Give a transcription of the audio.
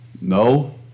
No